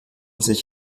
sich